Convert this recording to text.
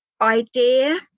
idea